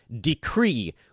decree